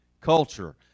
culture